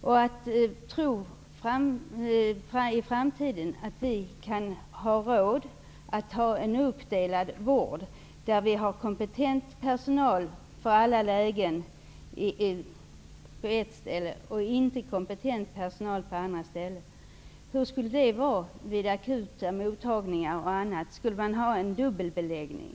Man skall inte tro att vi i framtiden kan ha råd att ha en uppdelad vård där vi har kompetent personal för alla lägen på ett ställe och inte kompetent personal på andra ställen. Hur skulle det vara vid akutmottagningar och andra ställen? Skulle man ha en dubbelbemanning?